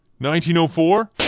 1904